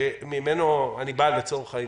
שממנו אני בא, לצורך העניין,